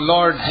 Lord